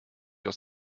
aus